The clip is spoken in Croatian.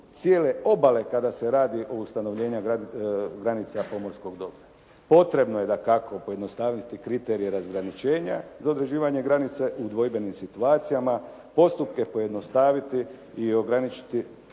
cijele obale kada se radi o ustanovljenju granica pomorskog dobra. Potrebno je dakako pojednostavniti kriterije razgraničenja za određivanje granice u dvojbenim situacijama, postupke pojednostaviti i ograničiti,